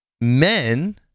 men